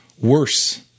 worse